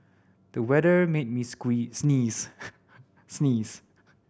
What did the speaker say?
the weather made me sneeze sneeze